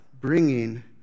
bringing